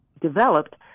developed